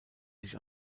sich